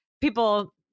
people